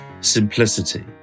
simplicity